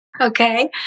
okay